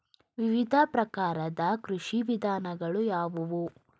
ವಿವಿಧ ಪ್ರಕಾರದ ಕೃಷಿ ವಿಧಾನಗಳು ಯಾವುವು?